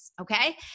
Okay